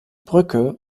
brücke